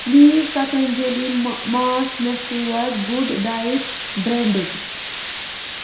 please Patanjali ما مانٛچھ مےٚ سوز گُڈ ڈایِٹ برٛینٛڈٕچ